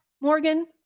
morgan